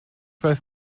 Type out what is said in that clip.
weiß